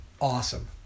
Awesome